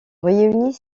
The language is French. réunit